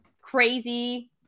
crazy